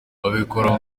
babikora